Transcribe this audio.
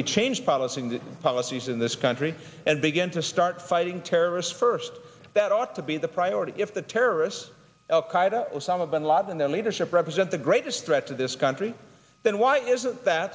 we change policy and policies in this country and begin to start fighting terrorists first that ought to be the priority if the terrorists al qaeda osama bin ladin their leadership represent the greatest threat to this country then why is that